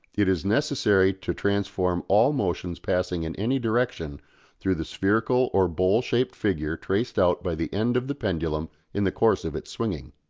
it is necessary to transform all motions passing in any direction through the spherical or bowl-shaped figure traced out by the end of the pendulum in the course of its swinging.